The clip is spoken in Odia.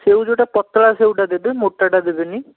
ସେଉ ଯେଉଁଟା ପତଳା ସେଉଟା ଦେବେ ମୋଟାଟା ଦେବେନି